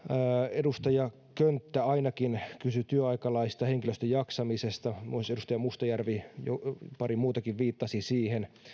edustaja könttä kysyi työaikalaista henkilöstön jaksamisesta myös edustaja mustajärvi pari muutakin viittasi siihen